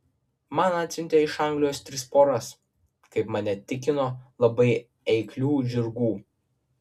man atsiuntė iš anglijos tris poras kaip mane tikino labai eiklių žirgų